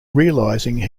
realising